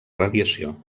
radiació